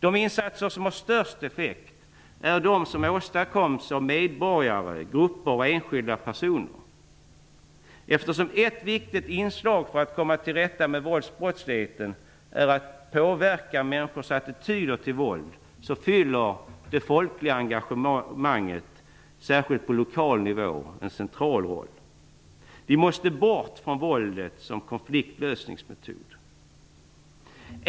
De insatser som har störst effekt är de som åstadkoms av medborgare - grupper och enskilda personer. Eftersom ett viktigt inslag för att komma till rätta med våldsbrottsligheten är att påverka människors attityder till våld fyller det folkliga engagemanget, särskilt på lokal nivå, en central roll. Vi måste bort från våldet som konfliktlösningsmetod.